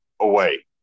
away